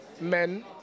men